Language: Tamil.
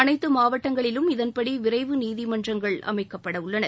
அனைத்து மாவட்டங்களிலும் இதன்படி விரைவு நீதிமன்றங்கள் அமைக்கப்படவுள்ளன